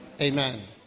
Amen